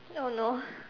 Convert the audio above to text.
oh no